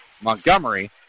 Montgomery